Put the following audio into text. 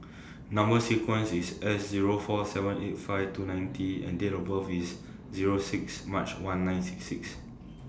Number sequence IS S Zero four seven eight five two nine T and Date of birth IS Zero six March one nine six six